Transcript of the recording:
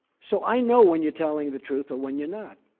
so i know when you're telling the truth or when you're not.